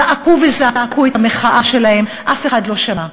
הם זעקו וזעקו את המחאה שלהם ואף אחד לא שמע.